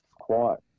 quiet